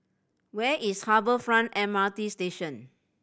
where is Harbour Front M R T Station